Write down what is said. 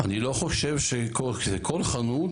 אני לא חושב שכל חנות,